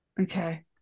Okay